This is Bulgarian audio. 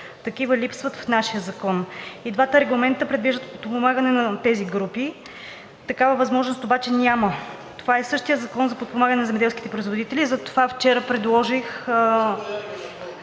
Такива липсват в нашия закон. И двата регламента предвиждат подпомагане на тези групи, такава възможност обаче няма. Това е същият Закон за подпомагане на земеделските производители, затова вчера предложих